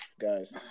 guys